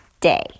day